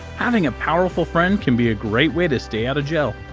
having a powerful friend can be a great way to stay outta jail!